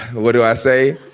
what do i say?